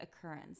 occurrence